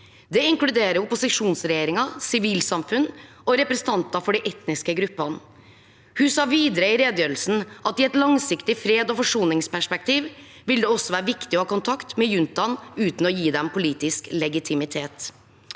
Det inkluderer opposisjonsregjeringen, sivilsamfunn og representanter for de etniske gruppene. Hun sa videre i redegjørelsen at i et langsiktig freds- og forsoningsperspektiv vil det også være viktig å ha kontakt med juntaen uten å gi dem politisk legitimitet.